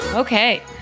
Okay